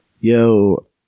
Yo